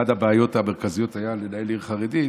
אחת הבעיות המרכזיות הייתה לנהל עיר חרדית.